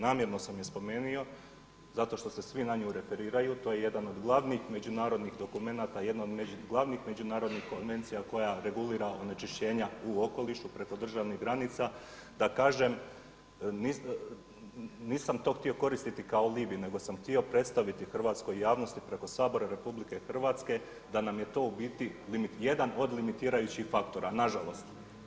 Namjerno sam je spomenuo zato što se svi na nju referiraju, to je jedan od glavnih međunarodnih dokumenata, jedna od glavnih međunarodnih konvencija koja regulira onečišćenja u okolišu preko državnih granica, da kažem nisam to htio koristiti kao alibi nego sam htio predstaviti hrvatskoj javnosti preko Sabora Republike Hrvatske da nam je to u biti jedan od limitirajućih faktora nažalost.